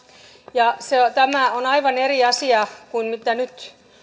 ja tämä on aivan eri asia kuin mitä nyt